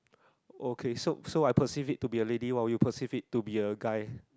okay so so I perceive it to be a lady while you perceive it to be a guy